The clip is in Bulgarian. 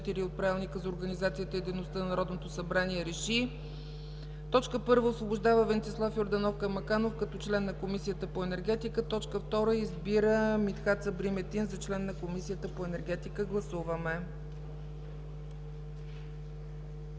4 от Правилника за организацията и дейността на Народното събрание РЕШИ: 1. Освобождава Венцислав Йорданов Каймаканов като член на Комисията по енергетика. 2. Избира Митхат Сабри Метин за член на Комисията по енергетика.” Гласуваме.